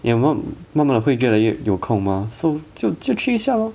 you 慢慢了会越来越有空吗 so 就就去一下 lor